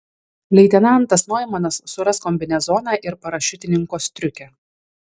leitenantas noimanas suras kombinezoną ir parašiutininko striukę